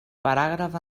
paràgraf